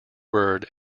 word